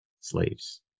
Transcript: slaves